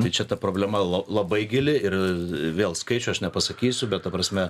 tai čia ta problema la labai gili ir vėl skaičių aš nepasakysiu bet ta prasme